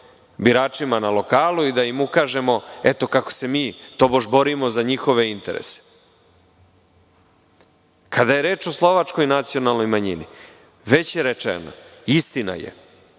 biračima na lokalu i da im ukažemo, eto kako se mi tobož borimo za njihove interese. Kada je reč o Slovačkoj nacionalnoj manjini, već je rečeno. Istina je.